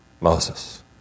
Moses